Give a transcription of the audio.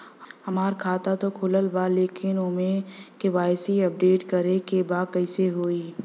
हमार खाता ता खुलल बा लेकिन ओमे के.वाइ.सी अपडेट करे के बा कइसे होई?